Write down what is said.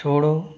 छोड़ो